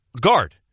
guard